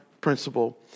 principle